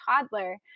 toddler